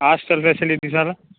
hostel facilities எல்லாம்